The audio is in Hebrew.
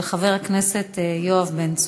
מס' 1982, של חבר הכנסת יואב בן צור.